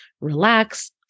relax